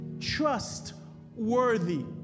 trustworthy